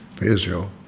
Israel